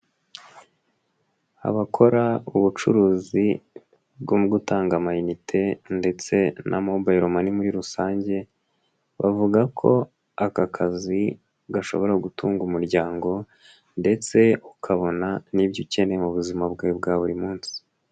Abakora ubucuruzi bwo gutanga amayinite ndetse na Mobile Money muri rusange, bavuga ko aka kazi gashobora gutunga umuryango ndetse ukabona n'ibyo ukeneye mu buzima bwawe bwa buri munsi.